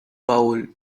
baúl